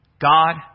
God